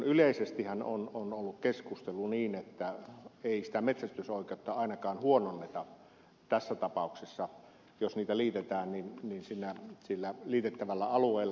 yleisestihän on ollut keskustelu niin että ei sitä metsästysoikeutta ainakaan huononneta tässä tapauksessa jos niitä liitetään sillä liitettävällä alueella